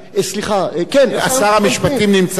שר המשפטים נמצא פה.